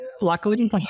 Luckily